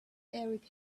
erik